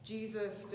Jesus